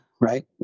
Right